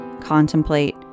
contemplate